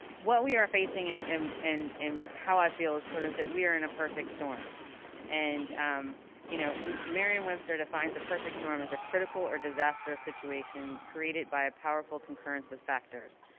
what we are facing and and and how i feel is sort of that we're in a perfect storm and um you know merriam-webster defines a perfect storm as a critical or disastrous situation created by a powerful concurrence of factors.